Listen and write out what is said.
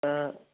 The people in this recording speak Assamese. অ